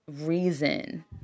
reason